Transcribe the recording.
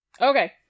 Okay